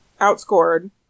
outscored